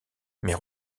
mais